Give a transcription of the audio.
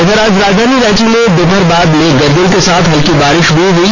इधर आज राजधानी रांची में दोपहर बाद मेघ गर्जन के साथ हल्की बारिश भी हुई